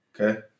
Okay